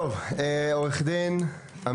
מספיק לראות,